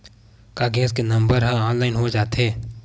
का गैस के नंबर ह ऑनलाइन हो जाथे?